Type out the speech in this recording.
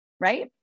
right